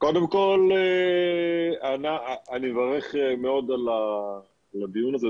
קודם כל אני מברך מאוד על הדיון הזה,